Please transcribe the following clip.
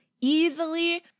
easily